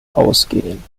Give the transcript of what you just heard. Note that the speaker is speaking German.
ausgehen